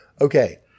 Okay